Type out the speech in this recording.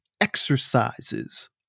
exercises